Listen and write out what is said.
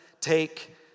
take